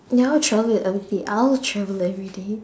ya I'll travel everyday I'll travel everyday